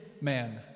man